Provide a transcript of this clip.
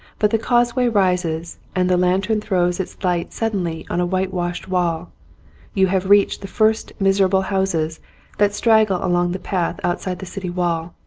but the causeway rises and the lantern throws its light suddenly on a whitewashed wall you have reached the first miserable houses that straggle along the path outside the city wall,